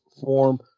form